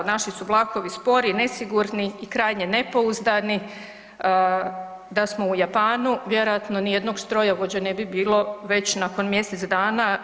Naši su vlakovi spori, nesigurni i krajnje nepouzdani, da smo u Japanu vjerojatno nijednog strojovođe ne bi bilo već nakon mjesec dana.